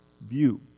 view